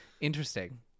Interesting